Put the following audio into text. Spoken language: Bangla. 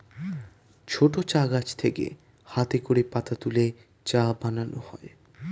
ছোট চা গাছ থেকে হাতে করে পাতা তুলে চা বানানো হয়